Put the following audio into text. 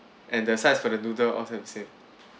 and the size for the noodle all have the same